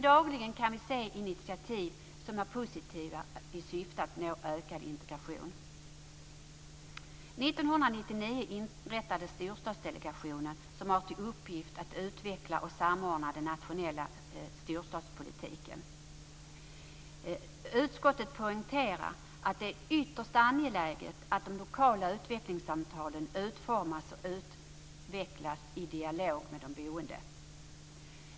Dagligen kan vi se positiva initiativ i syfte att nå ökad integration. År 1999 inrättades Storstadsdelegationen som har till uppgift att utveckla och samordna den nationella storstadspolitiken. Utskottet poängterar att det är ytterst angeläget att de lokala utvecklingssamtalen utformas och utvecklas i dialog med de boende.